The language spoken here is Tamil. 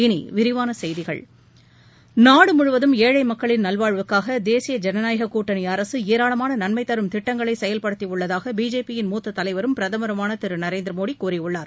இனி விரிவான செய்திகள் நாடு முழுவதும் ஏழை மக்களின் நல்வாழ்வுக்காக தேசிய ஜனநாயக கூட்டணி அரக ஏராளமான நன்மை தரும் திட்டங்களை செயல்படுத்தியுள்ளதாக பிஜேபி யின் மூத்த தலைவரும் பிரதமருமான திரு நரேந்திர மோடி கூறியுள்ளார்